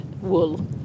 wool